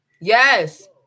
Yes